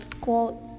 quote